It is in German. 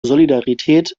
solidarität